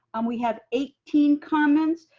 um we have eighteen comments.